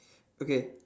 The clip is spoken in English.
okay